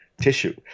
tissue